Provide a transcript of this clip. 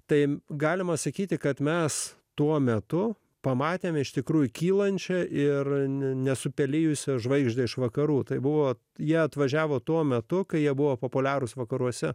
taip galima sakyti kad mes tuo metu pamatėme iš tikrųjų kylančią ir nesupelijusios žvaigždę iš vakarų tai buvo jie atvažiavo tuo metu kai jie buvo populiarūs vakaruose